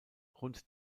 rund